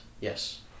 yes